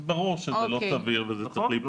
ברור שזה לא סביר וזה צריך להיפתר.